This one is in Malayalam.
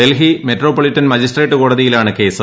ഡൽഹി മെട്രോപൊളീറ്റൻ മജിസ്ട്രേറ്റ് കോടതിയിലാണ് കേസ്